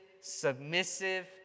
submissive